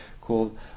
called